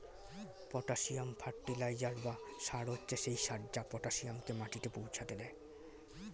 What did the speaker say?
potassium fertiliser বা সার হচ্ছে সেই সার যা পটাসিয়ামকে মাটিতে পৌঁছাতে দেয়